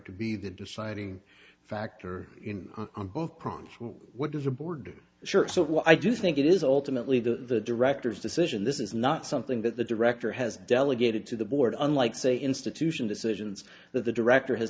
to be the deciding factor in on both what do the board shirts of what i do think it is ultimately the director's decision this is not something that the director has delegated to the board unlike say institution decisions that the director has